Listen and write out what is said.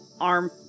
arm